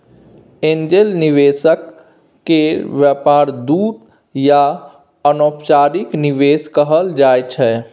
angel निवेशक केर व्यापार दूत या अनौपचारिक निवेशक कहल जाइ छै